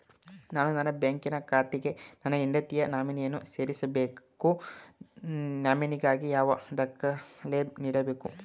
ನಾನು ನನ್ನ ಬ್ಯಾಂಕಿನ ಖಾತೆಗೆ ನನ್ನ ಹೆಂಡತಿಯ ನಾಮಿನಿಯನ್ನು ಸೇರಿಸಬೇಕು ನಾಮಿನಿಗಾಗಿ ಯಾವ ದಾಖಲೆ ನೀಡಬೇಕು?